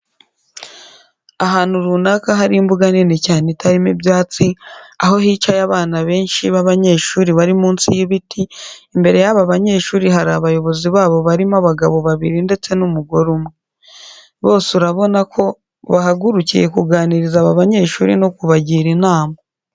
Ahantu runaka hari imbuga nini cyane itarimo ibyatsi, aho hicaye abana benshi b'abanyeshuri bari munsi y'ibiti, imbere y'aba banyeshuri hari abayobozi babo barimo abagabo babiri ndetse n'umugore umwe. Bose urabona ko bahagurukiye kuganiriza aba banyeshuri no kubagira inama.